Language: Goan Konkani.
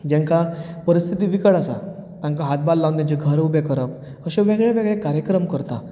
जेंकां परिस्थिती बिकट आसा तेंकां हातभार लावन तेंचें घर उबें करप अश्यो वेगळे वेगळे कार्यक्रम करता